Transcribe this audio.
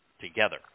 together